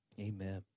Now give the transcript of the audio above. Amen